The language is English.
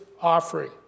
offering